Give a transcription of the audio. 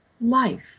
life